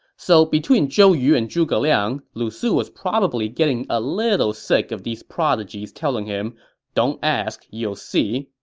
so between zhou yu and zhuge liang, lu su was probably getting a little sick of these prodigies telling him don't ask. you'll see.